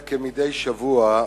כמדי שבוע,